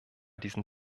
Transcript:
diesen